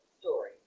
story